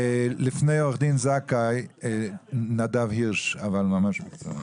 לפני עו"ד זכאי, נדב וירש, בבקשה.